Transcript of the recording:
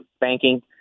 banking